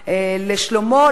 לשלומו,